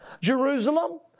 Jerusalem